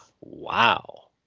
wow